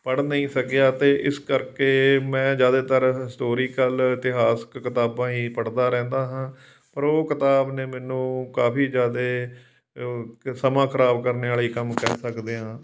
ਪੜ੍ਹ ਨਹੀਂ ਸਕਿਆ ਅਤੇ ਇਸ ਕਰਕੇ ਮੈਂ ਜ਼ਿਆਦਾਤਰ ਹਿਸਟੋਰੀਕਲ ਇਤਿਹਾਸਕ ਕਿਤਾਬਾਂ ਹੀ ਪੜ੍ਹਦਾ ਰਹਿੰਦਾ ਹਾਂ ਪਰ ਉਹ ਕਿਤਾਬ ਨੇ ਮੈਨੂੰ ਕਾਫੀ ਜ਼ਿਆਦਾ ਸਮਾਂ ਖਰਾਬ ਕਰਨੇ ਵਾਲੇ ਕੰਮ ਕਰ ਸਕਦੇ ਹਾਂ